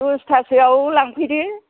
दसथासोआव लांफैदो